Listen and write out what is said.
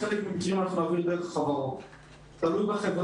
בחלק מהמקרים אנחנו נעביר דרך החברות.